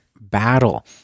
battle